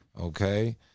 Okay